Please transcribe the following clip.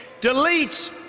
deletes